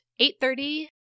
8.30